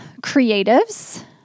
creatives